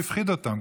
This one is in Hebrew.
מישהו הפחיד אותם,